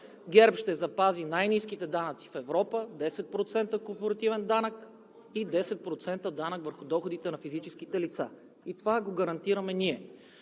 ГЕРБ ще запази най-ниските данъци в Европа – 10% корпоративен данък и 10% данък върху доходите на физическите лица, и това го гарантираме ние.